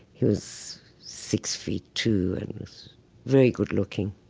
he was six feet two and very good-looking.